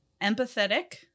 empathetic